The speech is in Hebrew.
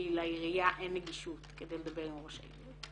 כי לעירייה אין נגישות כדי לדבר עם ראש העיר,